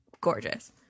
gorgeous